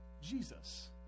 Jesus